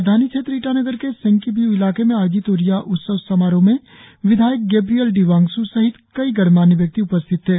राजधानी क्षेत्र ईटानगर के सेंकी व्यू इलाके में आयोजित ओरियाह उत्सव समारोह में विधायक गेब्रियल डी वांग्स् सहित कई गणमान्य व्यक्ति मौजूद थे